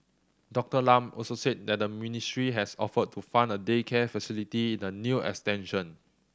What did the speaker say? Doctor Lam also said that the ministry has offered to fund a daycare facility in the new extension